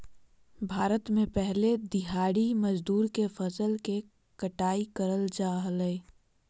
भारत में पहले दिहाड़ी मजदूर से फसल के कटाई कराल जा हलय